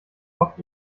oft